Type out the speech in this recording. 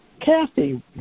Kathy